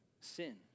sin